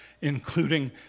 including